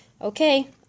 Okay